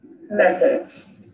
Methods